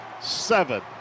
seven